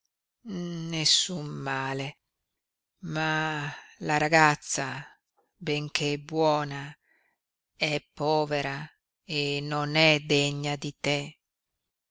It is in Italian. nessun male ma la ragazza benché buona è povera e non è degna di te